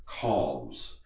calms